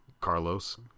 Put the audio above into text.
carlos